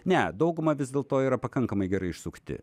ne dauguma vis dėlto yra pakankamai gerai išsukti